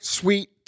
sweet